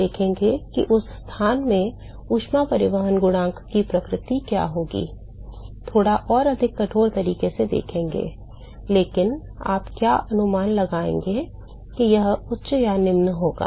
हम देखेंगे कि उस स्थान में ऊष्मा परिवहन गुणांक की प्रकृति क्या होगी थोड़ा और अधिक कठोर तरीके से देखेंगे लेकिन आप क्या अनुमान लगाएंगे कि यह उच्च या निम्न होगा